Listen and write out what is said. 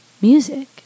Music